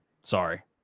sorry